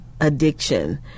addiction